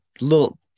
little